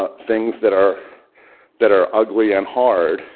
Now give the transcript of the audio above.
ah things that are that are ugly and hard,